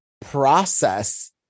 process